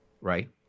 right—